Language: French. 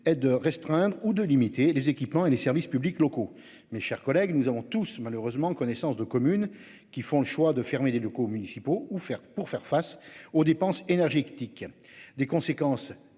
est de restreindre ou de limiter les équipements et les services publics locaux. Mes chers collègues, nous avons tous malheureusement connaissance de communes qui font le choix de fermer des locaux municipaux ou faire pour faire face aux dépenses énergétiques